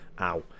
Ow